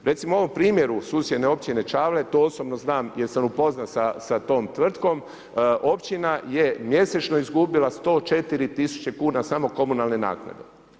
Recimo u ovom primjeru susjedne općine Čavle, to osobno znam jer sam upoznat sa tom tvrtkom, općina je mjesečno izgubila 104 000 kuna samo komunalne naknade.